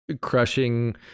crushing